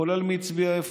כולל מי הצביע איפה.